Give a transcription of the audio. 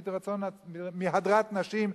מהדְרת נשים,